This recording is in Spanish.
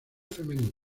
femeninos